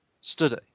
study